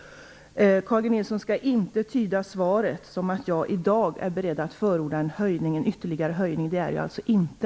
Carl G Nilsson skall inte tyda svaret så att jag i dag är beredd att förorda en ytterligare höjning. Det är jag alltså inte.